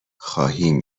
خواهیم